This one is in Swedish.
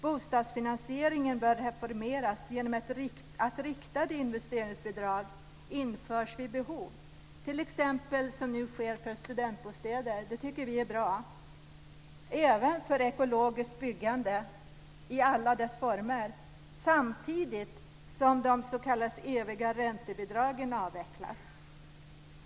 Bostadsfinansieringen bör reformeras genom att riktade investeringsbidrag införs vid behov, t.ex. som nu sker för studentbostäder - det tycker vi är bra - och för ekologiskt byggande i alla dess former samtidigt som de s.k. eviga räntebidragen avvecklas.